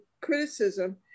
criticism